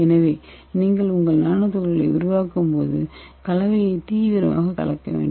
எனவே நீங்கள் உங்கள் நானோ துகள்களை உருவாக்கும்போது கலவையை தீவிரமாக கலக்க வேண்டும்